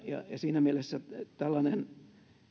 ja siinä mielessä tällainen